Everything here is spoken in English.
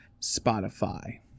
Spotify